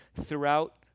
throughout